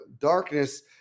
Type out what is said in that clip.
Darkness